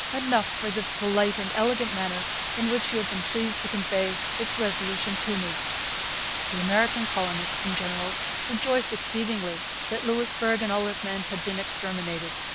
enough for the polite and elegant manner in which you have been pleased to convey its resolution to me the american colonists in general rejoiced exceedingly that louisbourg and all it meant had been exterminated.